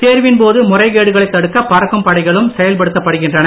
தேர்வின் போது முறைகேடுகளை தடுக்க பறக்கும் படைகளும் செயல்படுத்தப்படுகின்றன